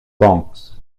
banks